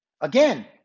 again